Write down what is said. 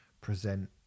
present